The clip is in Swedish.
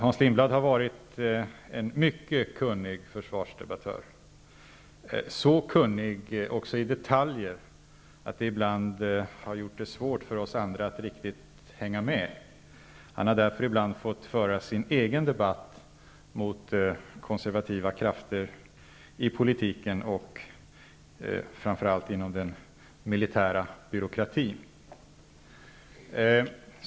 Hans Lindblad har varit en mycket kunnig försvarsdebattör, så kunnig också i detaljer att det ibland har gjort det svårt för oss andra att riktigt hänga med. Han har därför ibland fått föra sin egen debatt mot konservativa krafter i politiken och framför allt inom den militära byråkratin.